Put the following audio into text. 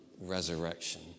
resurrection